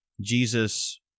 Jesus